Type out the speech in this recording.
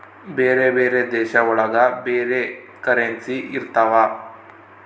ಬೇರೆ ಬೇರೆ ದೇಶ ಒಳಗ ಬೇರೆ ಕರೆನ್ಸಿ ಇರ್ತವ